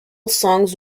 songs